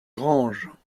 granges